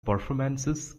performances